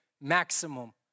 maximum